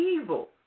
evil